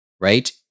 Right